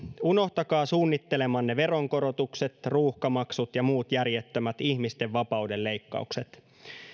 unohtakaa suunnittelemanne veronkorotukset ruuhkamaksut ja muut järjettömät ihmisten vapauden leikkaukset